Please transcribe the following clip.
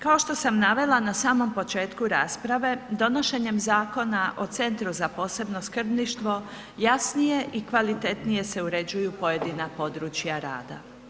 Kao što sam navela na samom početku rasprave, donošenjem Zakona o Centru za posebno skrbništvo, jasnije i kvalitetnije se uređuju pojedina područja rada.